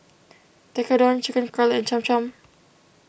Tekkadon Chicken Cutlet and Cham Cham